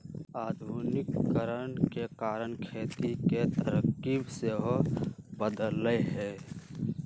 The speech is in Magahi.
आधुनिकीकरण के कारण खेती के तरकिब सेहो बदललइ ह